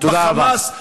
ב"חמאס",